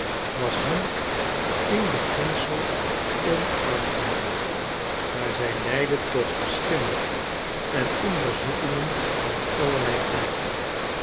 was hem in beginsel onaangenaam daar zij leidde tot verschillen en onderzoekingen van allerlei aard